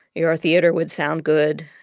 your theater would sound good.